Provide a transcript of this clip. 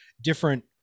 different